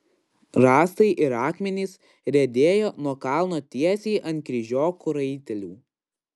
rąstai ir akmenys riedėjo nuo kalno tiesiai ant kryžiokų raitelių